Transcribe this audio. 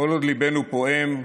כל עוד ליבנו פועם,